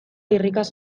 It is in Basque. irrikaz